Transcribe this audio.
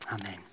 Amen